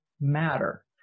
matter